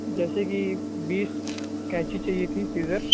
جیسے کہ بیس کینچی چاہیے تھیں سیزر